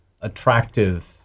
attractive